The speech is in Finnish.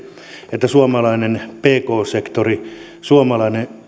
että suomalainen pk sektori suomalainen